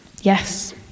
yes